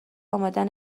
امدن